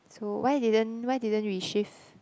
so why didn't why didn't we shift